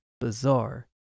bizarre